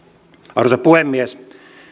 arvoisa puhemies